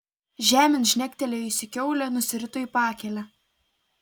žemėn žnektelėjusi kiaulė nusirito į pakelę